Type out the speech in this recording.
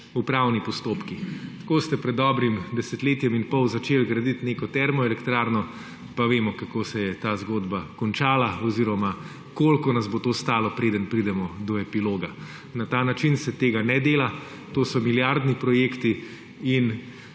upravni postopki. Tako ste pred dobrim desetletjem in pol začeli graditi neko termoelektrarno, pa vemo, kako se je ta zgodba končala oziroma koliko nas bo to stalo, preden pridemo do epiloga. Na ta način se tega ne dela, to so milijardni projekti.